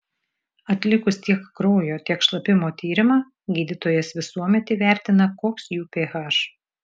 atlikus tiek kraujo tiek šlapimo tyrimą gydytojas visuomet įvertina koks jų ph